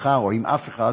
אתך או עם אף אחד